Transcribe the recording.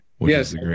Yes